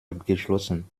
abgeschlossen